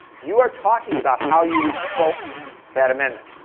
you are talking about how you would sculpt that amendment.